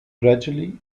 gradually